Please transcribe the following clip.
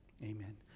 Amen